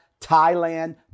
Thailand